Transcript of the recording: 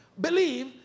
believe